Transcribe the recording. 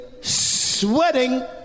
sweating